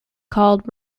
called